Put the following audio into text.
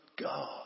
God